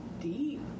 deep